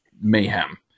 mayhem